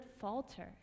falter